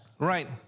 Right